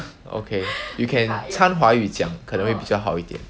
okay you can 掺华语讲可能会比较好一点